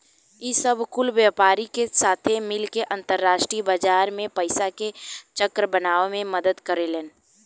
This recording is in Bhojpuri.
ई सब कुल व्यापारी के साथे मिल के अंतरास्ट्रीय बाजार मे पइसा के चक्र बनावे मे मदद करेलेन